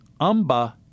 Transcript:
Umba